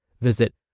Visit